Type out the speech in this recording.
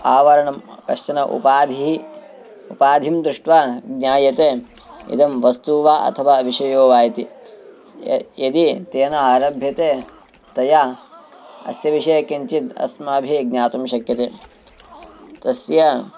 आवरणं कश्चन उपाधिः उपाधिं दृष्ट्वा ज्ञायते इदं वस्तु वा अथवा विषयो वा इति स् य यदि तेन आरभ्यते तया अस्य विषये किञ्चिद् अस्माभिः ज्ञातुं शक्यते तस्य